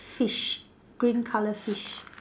fish green colour fish